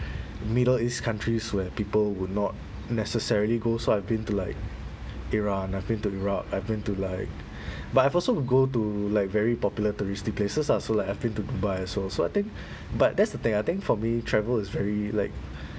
middle east countries where people would not necessarily go so I've been to like iran I've been to iraq I've been to like but I've also will go to like very popular touristy places ah so like I've been to dubai also so I think but that's the thing I think for me travel is very like